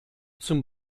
zum